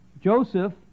Joseph